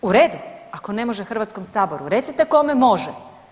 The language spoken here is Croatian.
U redu ako ne može Hrvatskom saboru recite kome može.